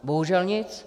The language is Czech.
Bohužel nic.